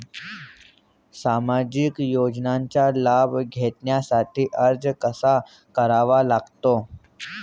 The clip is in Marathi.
सामाजिक योजनांचा लाभ घेण्यासाठी अर्ज कसा करावा लागतो?